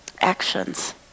actions